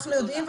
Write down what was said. אנחנו יודעים,